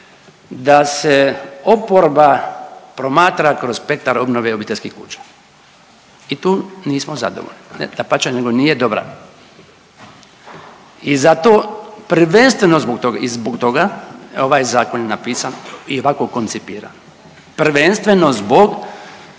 da se oporba promatra kroz spektar obnove obiteljskih kuća i tu nismo zadovoljni, ne dapače nego nije dobra i zato, prvenstveno zbog toga i zbog toga ovaj zakon je napisan i ovako koncipiran prvenstveno zbog,